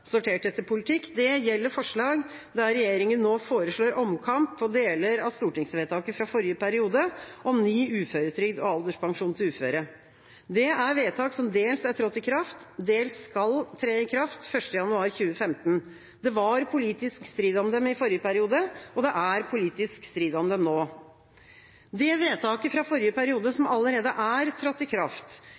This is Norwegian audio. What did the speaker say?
sortert etter politikk: Det gjelder forslag der regjeringa nå foreslår omkamp på deler av stortingsvedtaket fra forrige periode, om ny uføretrygd og alderspensjon til uføre. Dette er vedtak som dels er trådt i kraft og som dels skal tre i kraft 1. januar 2015. Det var politisk strid om dem i forrige periode, og det er politisk strid om dem nå. Det vedtaket fra forrige periode som allerede er trådt i kraft,